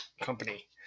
company